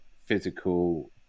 physical